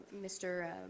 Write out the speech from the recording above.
Mr